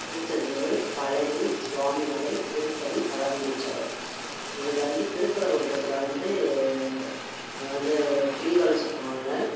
திருச்செந்தூர் பழனி சுவாமிமலை திருத்தணி பழமுதிர் சோலை இதில் வந்து திருப்பரங்குன்றத்தில் வந்து அங்கே வந்து கிரிவலம் சுற்றுவாங்க